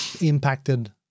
impacted